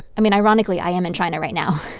i mean, ironically, i am in china right now.